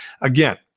again